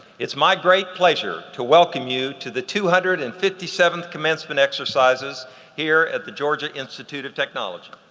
it's my great pleasure to welcome you to the two hundred and fifty seventh commencement exercises here at the georgia institute of technology.